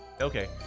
okay